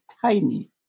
tiny